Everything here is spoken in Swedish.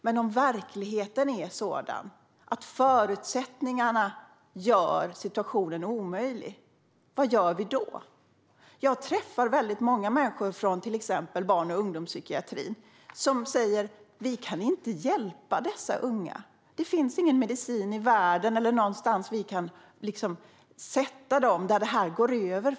Men om verkligheten är sådan att förutsättningarna är omöjliga - vad gör vi då? Jag träffar många människor från barn och ungdomspsykiatrin som säger att de inte kan hjälpa dessa unga. Det finns ingen medicin i världen eller någonstans de kan sätta dessa ungdomar som gör att deras problem går över.